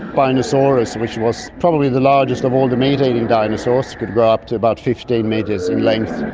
spinosaurus, which was probably the largest of all the meat eating dinosaurs, it could grow up to about fifteen metres in length.